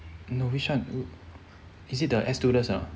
no which one is it the air stewardess or not